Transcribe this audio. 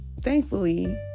Thankfully